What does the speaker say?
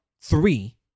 three